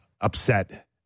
upset